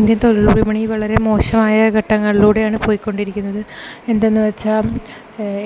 Indian തൊഴിൽ വിപണി വളരെ മോശമായ ഘട്ടങ്ങളിലൂടെയാണ് പോയിക്കൊണ്ടിരിക്കുന്നത് എന്തെന്ന് വച്ചാൽ